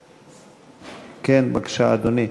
בבקשה, אדוני.